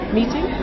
meeting